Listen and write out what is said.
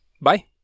bye